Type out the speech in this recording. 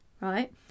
right